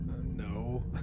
No